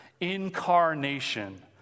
incarnation